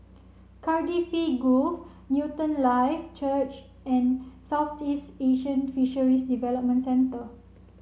Cardifi Grove Newton Life Church and Southeast Asian Fisheries Development Centre